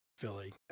philly